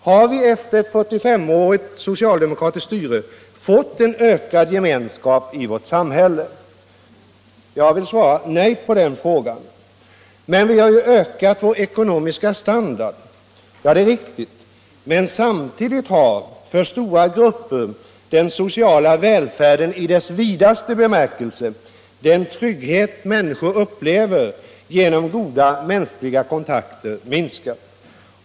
Har vi efter ett 45-årigt socialdemokratiskt styre fått en ökad gemenskap i vårt samhälle? Jag vill svara nej på den frågan. Vi har ökat vår ekonomiska standard, men samtidigt har för stora grupper den sociala välfärden i dess vidaste bemärkelse, den trygghet människor upplever genom goda mänskliga kontakter, minskat.